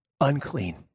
Unclean